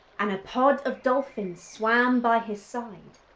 and a pod of dolphins swam by his side.